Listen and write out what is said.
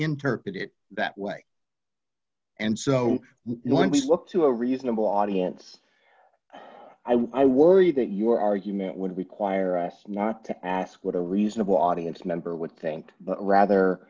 interpret it that way and so when we look to a reasonable audience i worry that your argument would require us not to ask what a reasonable audience member would think but rather